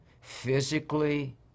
physically